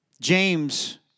James